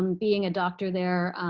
um being a doctor there